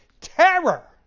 terror